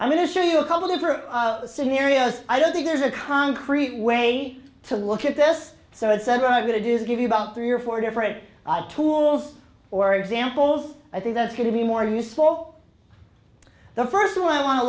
i'm going to show you a couple different scenarios i don't think there's a concrete way to look at this so i said are going to do is give you about three or four different tools or examples i think that's going to be more useful the first one i want to